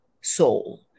soul